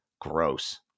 gross